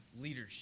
leadership